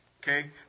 okay